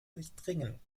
durchdringen